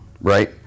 right